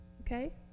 Okay